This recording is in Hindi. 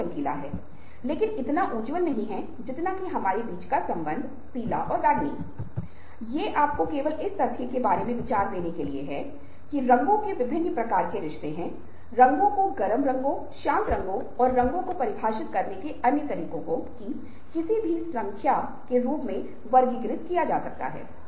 इसी तरह एक व्यक्ति इंजीनियरिंग की डिग्री के बिना इंजीनियरिंग समस्या को हल नहीं कर सकता है